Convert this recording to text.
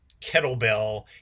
kettlebell